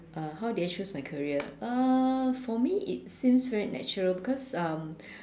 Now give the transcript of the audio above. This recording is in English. uh how did I choose my career uh for me it seems very natural because um